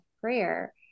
prayer